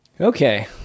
Okay